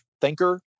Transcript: thinker